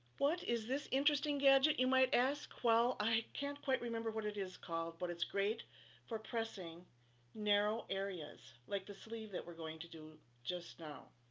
what is this interesting gadget, you might ask? well, i can't quite remember what it is called, but it's great for pressing narrow areas like the sleeve that we're going to do just now.